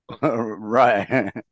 Right